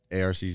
ARC